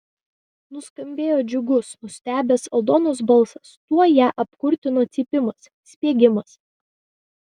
nuskambėjo džiugus nustebęs aldonos balsas tuoj ją apkurtino cypimas spiegimas